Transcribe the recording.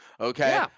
Okay